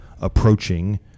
approaching